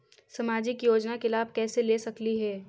सामाजिक योजना के लाभ कैसे ले सकली हे?